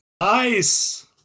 Nice